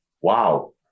Wow